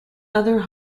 other